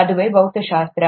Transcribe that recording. ಅದುವೇ ಭೌತಶಾಸ್ತ್ರ